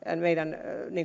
meidän